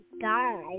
die